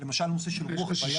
למשל נושא של רוח בים.